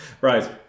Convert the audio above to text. Right